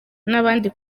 n’abandi